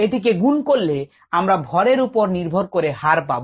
এটিকে গুন করলে আমরা ভরের উপর নির্ভর করে হার পাব